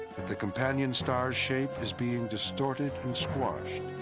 that the companion star's shape is being distorted and squashed,